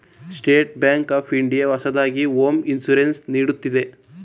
state bank of India ಹೊಸದಾಗಿ home insurance ನೀಡುತ್ತಿದೆ